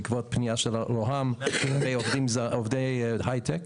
בעקבות פנייה של ראש הממשלה ועובדי הייטק.